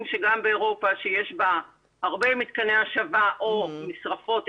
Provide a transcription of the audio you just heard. בה יש הרבה מתקני השבה או משרפות,